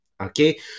okay